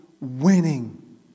winning